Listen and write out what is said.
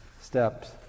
steps